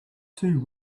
two